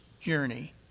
journey